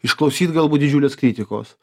išklausyt galbūt didžiulės kritikos